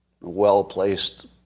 well-placed